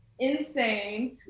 insane